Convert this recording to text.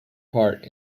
part